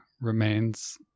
remains